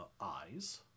eyes